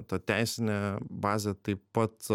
ta teisinė bazė taip pat